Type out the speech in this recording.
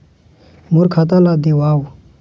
मोर खाता ला देवाव?